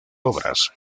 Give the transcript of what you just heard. obras